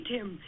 Tim